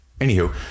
Anywho